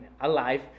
alive